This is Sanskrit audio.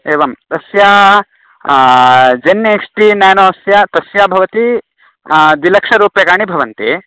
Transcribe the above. एवम् अस्य जेन् एक्स्टीन् न्यानोस्य तस्य भवति द्विलक्षरूप्यकाणि भवन्ति